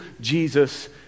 jesus